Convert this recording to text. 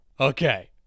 Okay